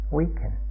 weaken